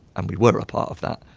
and we were a part of that.